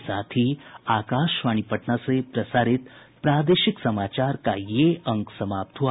इसके साथ ही आकाशवाणी पटना से प्रसारित प्रादेशिक समाचार का ये अंक समाप्त हुआ